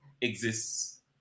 exists